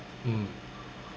mm